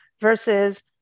versus